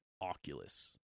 Oculus